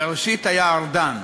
בראשית היה השר ארדן,